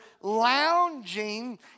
lounging